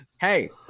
hey